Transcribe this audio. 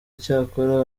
icyakora